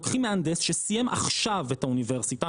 לוקחים מהנדס שסיים עכשיו את האוניברסיטה,